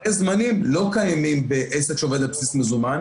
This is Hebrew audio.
ופערי הזמנים לא קיימים בעסק שעובד על בסיס מזומן.